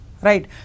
Right